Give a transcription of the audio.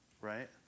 Right